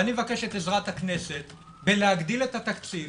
אני מבקש את עזרת הכנסת בהגדלת התקציב